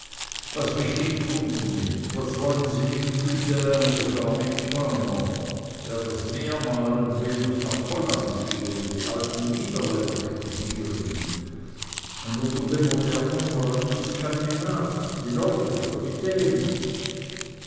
was mich nicht wundernimmt was wollen sie mit gudin oder gar mit turner wer das meer malen will muß nach holland gehn und die alten niederländer studieren und unter den modernen vor allem die skandinaven die norweger die dänen